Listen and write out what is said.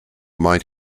might